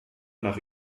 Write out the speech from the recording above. nach